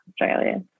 Australia